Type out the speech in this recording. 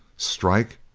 strike?